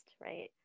right